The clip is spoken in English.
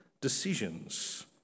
decisions